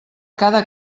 cada